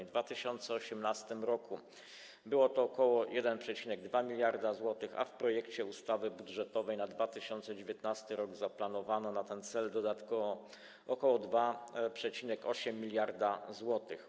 W 2018 r. było to ok. 1,2 mld zł, a w projekcie ustawy budżetowej na 2019 r. zaplanowano na ten cel dodatkowo ok. 2,8 mld zł.